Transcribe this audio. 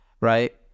right